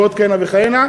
ועוד כהנה וכהנה,